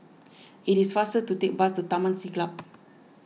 it is faster to take the bus to Taman Siglap